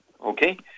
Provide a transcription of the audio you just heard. Okay